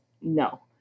no